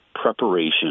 preparation